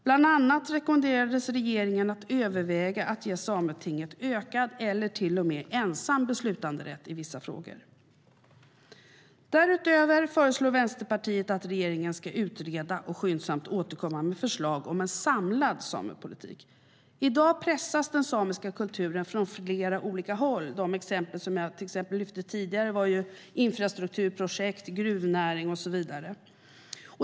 Bland annat rekommenderades regeringen att överväga att ge Sametinget ökad, eller till och med ensam, beslutanderätt i vissa frågor. Därutöver föreslår Vänsterpartiet att regeringen ska utreda och skyndsamt återkomma med förslag om en samlad samepolitik. I dag pressas den samiska kulturen från flera håll. De exempel som jag tidigare lyfte fram var infrastrukturprojekt, gruvnäring och så vidare.